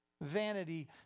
Vanity